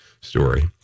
story